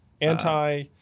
anti-